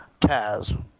Taz